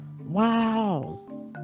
Wow